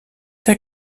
der